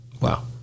Wow